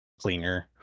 cleaner